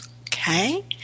Okay